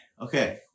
okay